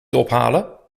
ophalen